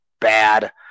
bad